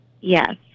Yes